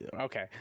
Okay